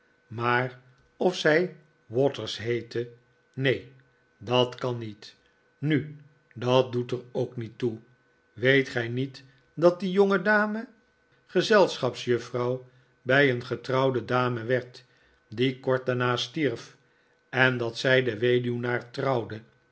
maar of zij waters heette neen dat kan niet nu dat doet er ook niet toe weet gij niet dat die jongedame gezelschapsjuffrouw bij een getrouwde dame werd die kort daarna stierf en dat zij den weduwnaar trouwde